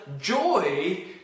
joy